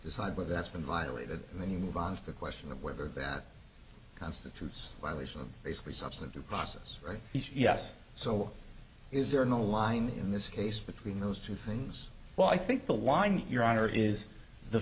decide where that's been violated and then you move on to the question of whether that constitutes violation of basically subsumed due process rights yes so is there no line in this case between those two things well i think the line your honor is the